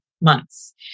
months